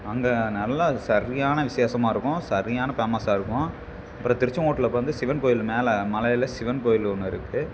அங்கே நல்லா சரியான விசேஷமா இருக்கும் சரியான ஃபேமஸாக இருக்கும் அப்புறம் திருச்செங்கோட்டில் வந்து சிவன் கோவில் மேலே மலையில் சிவன் கோவில் ஒன்று இருக்குது